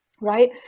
right